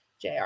JR